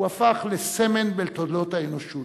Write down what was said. הוא הפך לסמל בתולדות האנושות